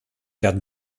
werden